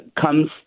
comes